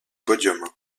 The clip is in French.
podium